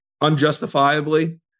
unjustifiably